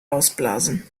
ausblasen